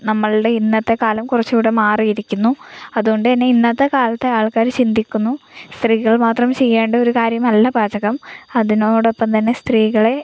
നമ്മളുടെ ഇന്നത്തെ കാലം കുറച്ചുകൂടെ മാറിയിരിക്കുന്നു അതുകൊണ്ട് തന്നെ ഇന്നത്തെ കാലത്ത് ആൾക്കാർ ചിന്തിക്കുന്നു സ്ത്രീകൾ മാത്രം ചെയ്യേണ്ട ഒരു കാര്യമല്ല പാചകം അതിനോടൊപ്പം തന്നെ സ്ത്രീകളെ